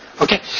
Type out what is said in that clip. Okay